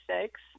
Six